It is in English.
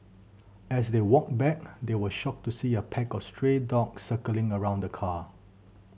as they walked back they were shocked to see a pack of stray dogs circling around the car